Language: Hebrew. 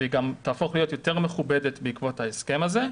והיא גם תהפוך להיות יותר מכובדת בעקבות ההסכם הזה.